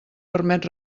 permet